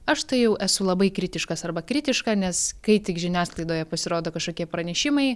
aš tai jau esu labai kritiškas arba kritiška nes kai tik žiniasklaidoje pasirodo kažkokie pranešimai